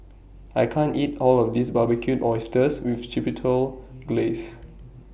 I can't eat All of This Barbecued Oysters with Chipotle Glaze